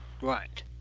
Right